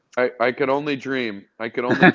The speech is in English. i could only dream. i could only